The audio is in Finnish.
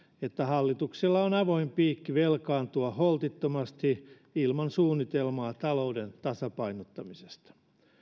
että hallituksella on avoin piikki velkaantua holtittomasti ilman suunnitelmaa talouden tasapainottamisesta